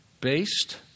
based